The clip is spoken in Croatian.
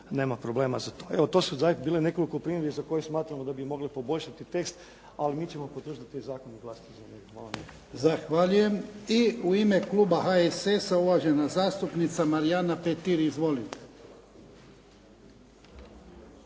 nema problema za to. Evo, to su zaista bile nekoliko primjedbi za koje smatramo da bi mogle poboljšati tekst, ali mi ćemo podržati zakon i glasati za njega. Hvala. **Jarnjak, Ivan (HDZ)** Zahvaljujem. I u ime kluba HSS-a, uvažena zastupnica Marijana Petir. Izvolite.